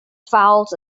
fouls